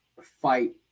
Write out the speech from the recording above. fight